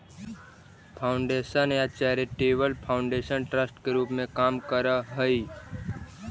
foundation या charitable foundation trust के रूप में काम करऽ हई